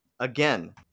Again